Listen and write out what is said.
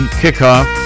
kickoff